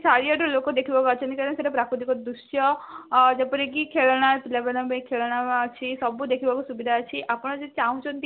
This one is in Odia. ଚାରିଆଡ଼ୁ ଲୋକ ଦେଖିବାକୁ ଆସୁଛନ୍ତି କାରଣ ସେଇଟା ପ୍ରାକୃତିକ ଦୃଶ୍ୟ ଯେପରିକି ଖେଳନା ପିଲାମାନଙ୍କ ପାଇଁ ଖେଳନା ଅଛି ସବୁ ଦେଖିବାକୁ ସୁବିଧା ଅଛି ଆପଣ ଯଦି ଚାହୁଁଛନ୍ତି